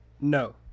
No